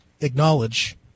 acknowledge